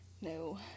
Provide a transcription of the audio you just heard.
no